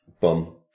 bum